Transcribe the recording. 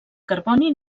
carboni